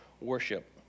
worship